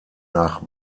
nach